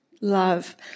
Love